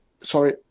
Sorry